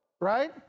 right